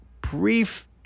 brief